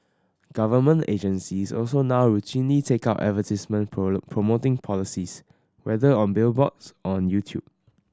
government agencies also now routine take out advertisement promoting policies whether on Billboards or on YouTube